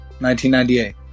1998